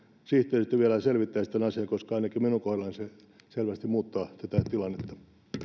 sihteeristö vielä selvittäisi tämän asian koska ainakin minun kohdallani se selvästi muuttaa tätä tilannetta